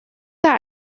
that